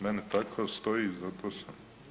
Meni tako stoji, zato sam.